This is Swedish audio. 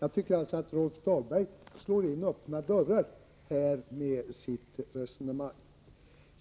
Jag tycker alltså att Rolf Dahlberg slår in öppna dörrar med sitt resonemang.